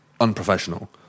unprofessional